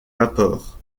rapports